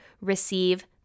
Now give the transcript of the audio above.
receive